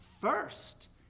First